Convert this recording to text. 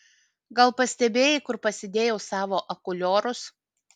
gal pastebėjai kur pasidėjau savo akuliorus